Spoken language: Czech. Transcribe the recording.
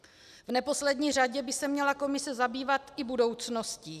V neposlední řadě by se měla komise zabývat i budoucností.